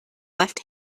left